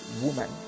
woman